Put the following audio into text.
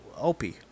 Opie